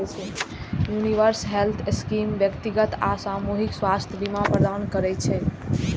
universal health scheme व्यक्तिगत आ सामूहिक स्वास्थ्य बीमा प्रदान करै छै